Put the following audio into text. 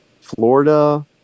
Florida